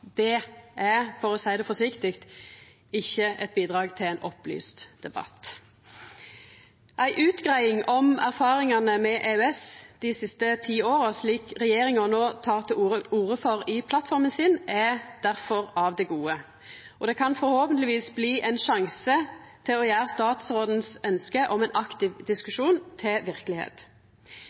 Det er, for å seia det forsiktig, ikkje eit bidrag til ein opplyst debatt. Ei utgreiing om erfaringane med EØS dei siste ti åra, slik regjeringa no tek til orde for i si plattform, er difor av det gode, og det kan forhåpentleg bli ein sjanse til å gjera statsrådens ønske om ein aktiv diskusjon til verkelegheit.